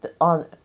on